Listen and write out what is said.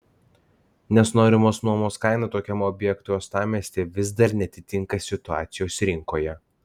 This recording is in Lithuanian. nes norimos nuomos kaina tokiam objektui uostamiestyje vis dar neatitinka situacijos rinkoje